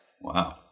Wow